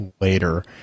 later